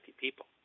people